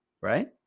right